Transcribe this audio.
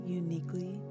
uniquely